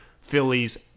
Phillies